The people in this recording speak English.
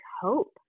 hope